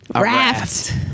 Raft